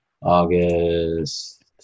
August